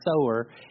sower